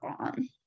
on